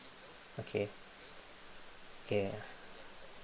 okay okay